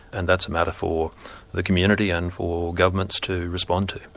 and that's a matter for the community and for governments to respond to.